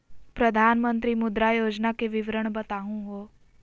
प्रधानमंत्री मुद्रा योजना के विवरण बताहु हो?